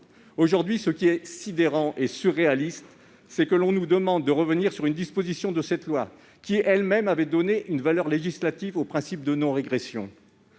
Aujourd'hui, ce qui est sidérant et surréaliste, c'est que l'on nous demande de revenir sur une disposition de cette loi qui avait par ailleurs donné une valeur législative au principe de non-régression.